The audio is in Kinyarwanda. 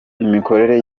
imikorere